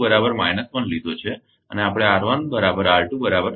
તેથી આપણે લીધો છે અને આપણે લીધો છે બરાબર